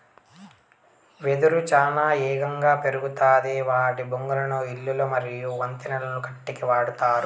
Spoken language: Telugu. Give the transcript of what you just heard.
వెదురు చానా ఏగంగా పెరుగుతాది వాటి బొంగులను ఇల్లు మరియు వంతెనలను కట్టేకి వాడతారు